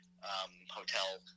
hotel